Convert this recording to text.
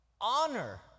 Honor